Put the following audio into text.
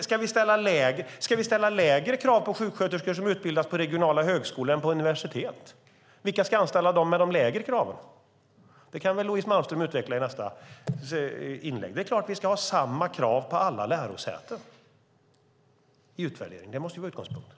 Ska vi ställa lägre krav på sjuksköterskor som utbildas på regionala högskolor än på universitet? Vilka ska anställa dem med de lägre kraven? Det kan väl Louise Malmström utveckla i nästa inlägg. Det är klart att vi i utvärderingen ska ha samma krav på alla lärosäten. Det måste vara utgångspunkten.